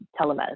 telemedicine